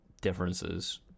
differences